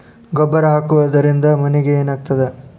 ಗೊಬ್ಬರ ಹಾಕುವುದರಿಂದ ಮಣ್ಣಿಗೆ ಏನಾಗ್ತದ?